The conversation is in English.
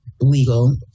legal